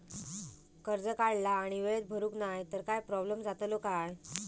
कर्ज काढला आणि वेळेत भरुक नाय तर काय प्रोब्लेम जातलो काय?